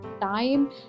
time